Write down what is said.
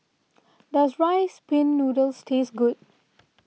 does Rice Pin Noodles taste good